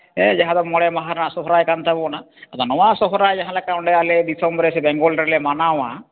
ᱦᱮᱸ ᱡᱟᱦᱟᱸ ᱫᱚ ᱢᱚᱬᱮ ᱢᱟᱦᱟ ᱨᱮᱱᱟᱜ ᱥᱚᱦᱚᱨᱟᱭ ᱠᱟᱱ ᱛᱟᱵᱚᱱᱟ ᱟᱫᱚ ᱱᱚᱣᱟ ᱥᱚᱦᱨᱟᱭ ᱡᱟᱦᱟᱸᱞᱮᱠᱟ ᱟᱞᱮ ᱫᱤᱥᱚᱢ ᱨᱮ ᱥᱮ ᱵᱮᱝᱜᱚᱞ ᱨᱮᱞᱮ ᱢᱟᱱᱟᱣᱟ